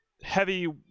heavy